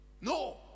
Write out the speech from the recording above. No